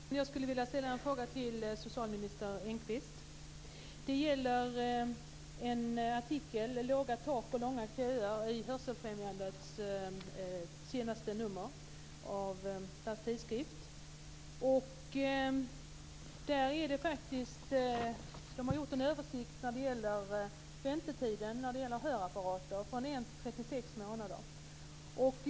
Herr talman! Jag skulle vilja ställa en fråga till socialminister Engqvist. Den gäller en artikel med rubriken Låga tak och långa köer i senaste numret av Hörselfrämjandets tidskrift. Där har man gjort en översikt av väntetiden för att få hörapparater. Väntetiden varierar mellan 1 och 36 månader.